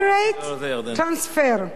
Operate, Transfer.